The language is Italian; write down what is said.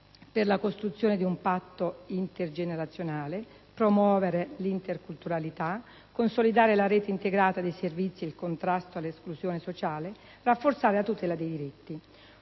per la costruzione di un patto intergenerazionale; promuovere l'interculturalità; consolidare la rete integrata dei servizi e il contrasto all'esclusione sociale; rafforzare la tutela dei diritti.